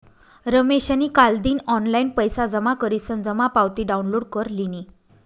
रमेशनी कालदिन ऑनलाईन पैसा जमा करीसन जमा पावती डाउनलोड कर लिनी